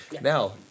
Now